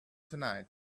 tonight